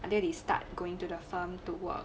until they start going to the firm to work